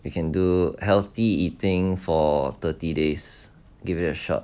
you can do healthy eating for thirty days give it a shot